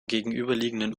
gegenüberliegenden